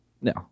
no